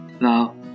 Now